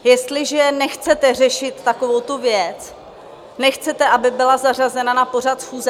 Jestliže nechcete řešit takovouto věc, nechcete, aby byla zařazena na pořad schůze...